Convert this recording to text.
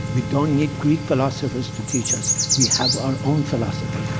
we don't need greek philosophers to teach us. we have our own philosophy.